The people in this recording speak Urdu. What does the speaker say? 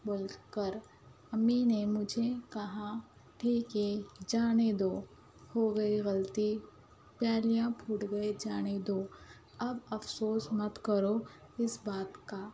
بول کر امی نے مجھے کہا ٹھیک ہے جانے دو ہو گئی غلطی پیالیاں پھوٹ گئیں جانے دو اب افسوس مت کرو اس بات کا